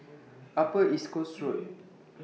Upper East Coast Road